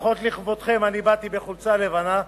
לפחות לכבודכן באתי בחולצה לבנה.